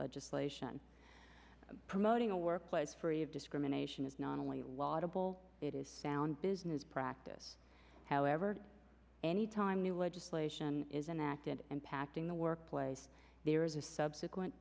legislation promoting a workplace free of discrimination is not only laudable it is sound business practice however any time new legislation is enacted impacting the workplace there is a subsequent